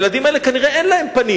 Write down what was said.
לילדים האלה כנראה אין פנים,